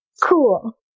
cool